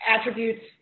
attributes